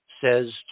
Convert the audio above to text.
says